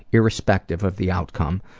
irrespective of the outcome,